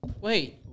Wait